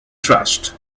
trust